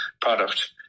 product